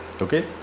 okay